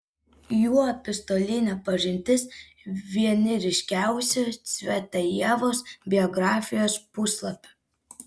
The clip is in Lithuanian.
jų epistolinė pažintis vieni ryškiausių cvetajevos biografijos puslapių